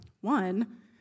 One